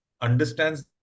understands